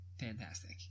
fantastic